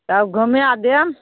तब घुमाए देब